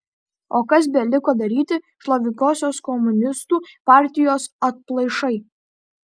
o kas beliko daryti šlovingosios komunistų partijos atplaišai